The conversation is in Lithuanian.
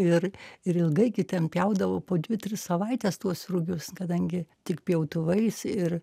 ir ir ilgai kitiem pjaudavo po dvi tris savaites tuos rugius kadangi tik pjautuvais ir